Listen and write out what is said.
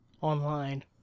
online